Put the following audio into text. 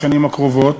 בשנים הקרובות,